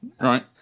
right